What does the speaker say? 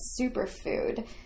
superfood